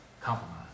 Compromise